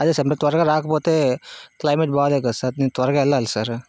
అదే సార్ మీరు త్వరగా రాకపోతే క్లైమేట్ బాలేదు కదా సార్ నేను త్వరగా వెళ్ళాలి సార్